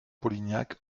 polignac